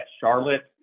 Charlotte